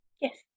Yes